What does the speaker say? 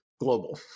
global